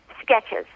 sketches